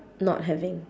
not having